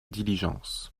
diligences